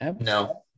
No